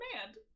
command